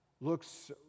looks